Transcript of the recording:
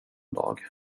dag